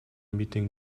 meeting